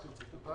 בן